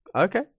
Okay